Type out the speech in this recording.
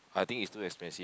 I think it's too expensive